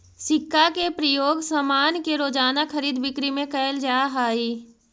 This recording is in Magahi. सिक्का के प्रयोग सामान के रोज़ाना खरीद बिक्री में कैल जा हई